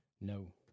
No